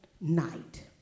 night